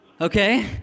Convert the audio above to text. Okay